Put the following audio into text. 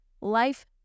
life